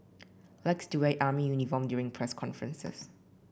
likes to wear army uniform during press conferences